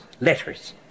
letters